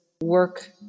work